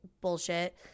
bullshit